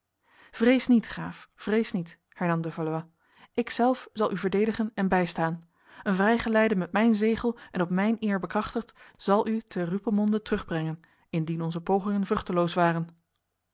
vrees niet graaf vrees niet hernam de valois ikzelf zal u verdedigen en bijstaan een vrijgeleide met mijn zegel en op mijn eer bekrachtigd zal u te rupelmonde terugbrengen indien onze pogingen vruchteloos waren